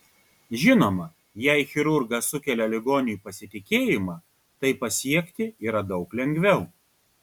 žinoma jei chirurgas sukelia ligoniui pasitikėjimą tai pasiekti yra daug lengviau